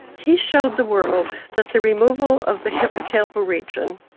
he showed the world that the removal of the hippocampal region,